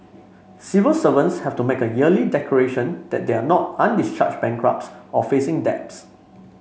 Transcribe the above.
civil servants have to make a yearly declaration that they are not undischarged bankrupts or facing debts